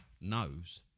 knows